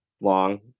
long